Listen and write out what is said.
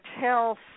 tell